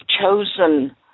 chosen